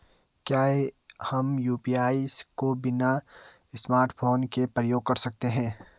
क्या हम यु.पी.आई को बिना स्मार्टफ़ोन के प्रयोग कर सकते हैं?